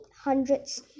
hundreds